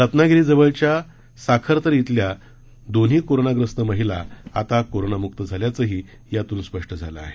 रत्नागिरीजवळच्या साखरतर इथल्या दोन्ही कोरोनाग्रस्त महिला आता कोरोनामुक झाल्याचेही यातून स्पष्ट झाले आहे